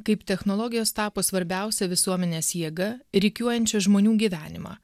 kaip technologijos tapo svarbiausia visuomenės jėga rikiuojančiu žmonių gyvenimą